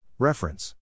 Reference